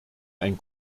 ein